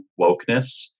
wokeness